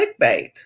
clickbait